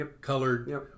colored